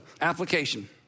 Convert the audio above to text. application